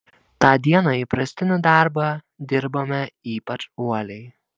tą dieną įprastinį darbą dirbome ypač uoliai